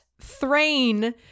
Thrain